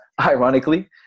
Ironically